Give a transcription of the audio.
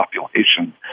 population